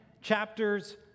chapters